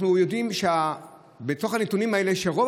אנחנו יודעים שבתוך הנתונים האלה רוב